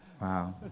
Wow